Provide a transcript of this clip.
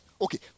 okay